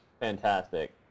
fantastic